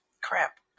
crap